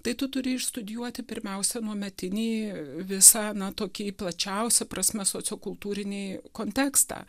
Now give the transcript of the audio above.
tai tu turi išstudijuoti pirmiausia anuometinį visą na tokį plačiausia prasme sociokultūrinį kontekstą